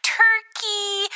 turkey